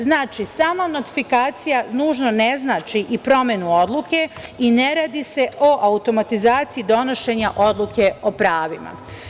Znači, sama notifikacija nužno ne znači i promenu odluke i ne radi se o automatizaciji donošenja odluke o pravima.